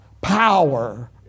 power